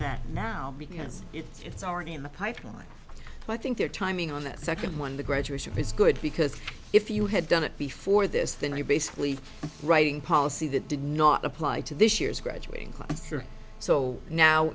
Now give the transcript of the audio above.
that now because it's already in the pipeline i think their timing on that second one the graduation is good because if you had done it before this then you basically writing policy that did not apply to this year's graduating class so now